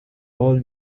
all